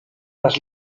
las